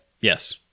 Yes